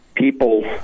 people